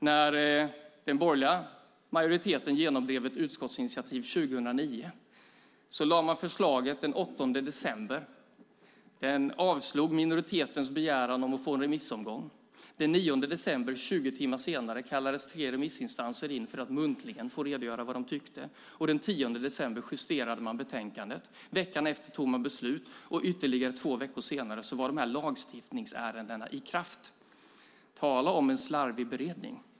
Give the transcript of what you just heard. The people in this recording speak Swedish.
När den borgerliga majoriteten genomdrev ett utskottsinitiativ 2009 lade man fram förslaget den 8 december och avslog minoritetens begäran om att få en remissomgång. Den 9 december, 20 timmar senare, kallades tre remissinstanser in för att muntligen få redogöra för vad de tyckte, och den 10 december justerade man betänkandet. Veckan efter fattade man beslut, och ytterligare två veckor senare var lagarna i dessa lagstiftningsärenden i kraft. Tala om en slarvig beredning!